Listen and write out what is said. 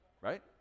Right